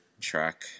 track